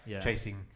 Chasing